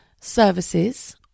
services